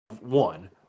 One